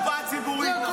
לקופה הציבורית.